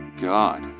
God